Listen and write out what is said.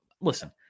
Listen